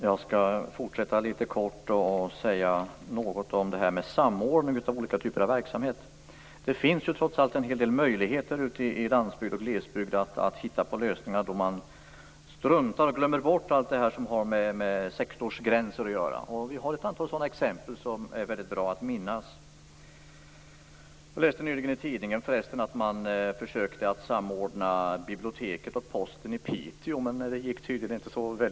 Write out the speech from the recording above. Herr talman! Jag skall fortsätta litet kort med att säga något om samordning mellan olika typer av verksamhet. Det finns trots allt en hel del möjligheter ute i landsbygden och glesbygden att hitta på lösningar, om man struntar i och glömmer bort allt som har med sektorsgränser att göra. Det finns ett antal sådana exempel som är väldigt bra att minnas. Jag läste förresten nyligen i tidningen att man försökte samordna biblioteket och posten i Piteå, men det gick tydligen inte så bra.